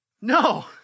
No